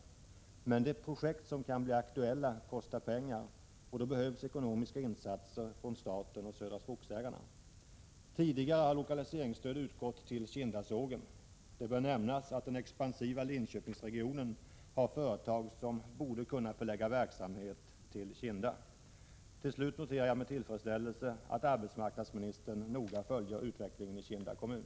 Men de projekt som kan bli aktuella kostar pengar. Således behövs det ekonomiska insatser från staten och Södra Skogsägarna. Tidigare har lokaliseringsstöd utgått till Kindasågen. Det bör nämnas att den expansiva Linköpingsregionen har företag som borde kunna förlägga verksamhet till Kinda. Till slut noterar jag med tillfredsställelse att arbetsmarknadsministern noga följer utvecklingen i Kinda kommun.